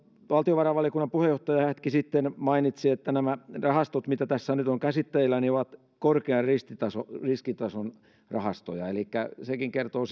valtiovarainvaliokunnan puheenjohtaja hetki sitten mainitsi että nämä rahastot mitä tässä nyt on käsitteillä ovat korkean riskitason riskitason rahastoja elikkä sekin kertoo